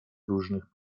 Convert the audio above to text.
różnych